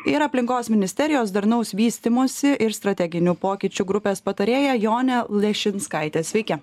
ir aplinkos ministerijos darnaus vystymosi ir strateginių pokyčių grupės patarėja jonė leščinskaitė sveiki